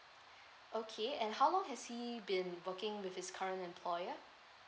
okay and how long has he been working with his current employer